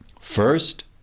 First